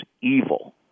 evil